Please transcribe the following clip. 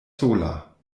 sola